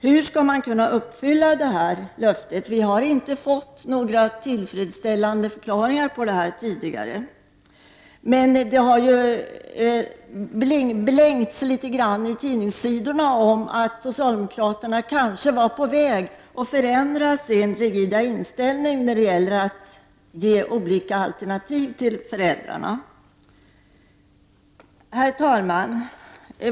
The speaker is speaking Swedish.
Hur skall man kunna uppfylla löftet? Det har tidigare inte förklarats på ett tillfredsställande sätt. Det har antytts i tidningarna att socialdemokraterna kanske är på väg att förändra sin rigida inställning när det gäller att erbjuda föräldrarna olika alternativ. Herr talman!